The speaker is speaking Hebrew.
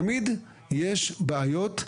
תמיד יש בעיות,